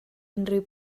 unrhyw